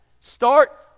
Start